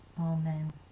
Amen